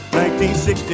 1960